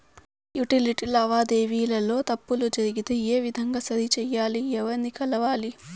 Utility లావాదేవీల లో తప్పులు జరిగితే ఏ విధంగా సరిచెయ్యాలి? ఎవర్ని కలవాలి?